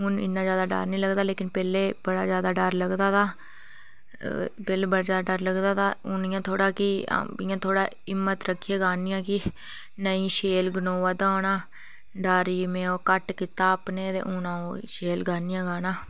हून इन्ना ज्याद डर नेईं लगदा लेकिन पैह्लें ज्याद डर लगदा हून इ'यां थोह्डा कि इयां थोह्डा हिम्मत रक्खियै गानी आं कि नेईं शैल गुआदा होना इस डर गी में घट्ट कीता अपने ते हून अ'ऊं शैल गानी आं गाना